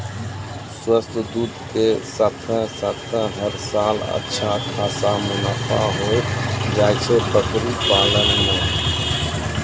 स्वस्थ दूध के साथॅ साथॅ हर साल अच्छा खासा मुनाफा होय जाय छै बकरी पालन मॅ